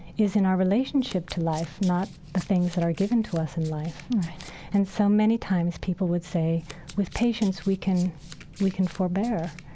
is in our relationship to life, not the things that are given to us in life right and so many times, people would say with patience, we can we can forbear.